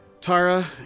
Tara